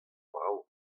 brav